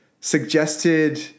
suggested